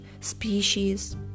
species